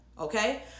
Okay